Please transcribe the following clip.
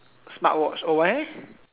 smart watch oh why leh